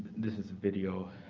this is a video,